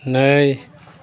नै